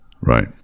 Right